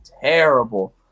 Terrible